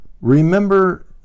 remember